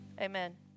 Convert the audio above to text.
amen